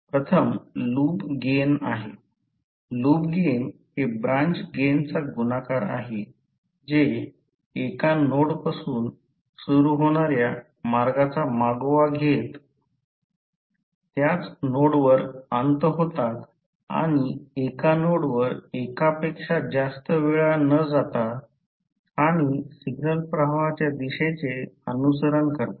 प्रथम loop gain आहे loop gain हे ब्रांच गेनचा गुणाकार आहे जे एका नोडपासून सुरू होणार्या मार्गाचा मागोवा घेत त्याच नोडवर अंत होतात आणि एका नोड वर एकापेक्षा जास्त वेळा न जाता आणि सिग्नल प्रवाहाच्या दिशेचे अनुसरण करतात